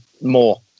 More